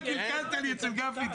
עכשיו קלקלת לי אצל גפני,